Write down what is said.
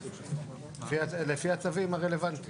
לפי הצווים הרלוונטיים.